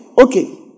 Okay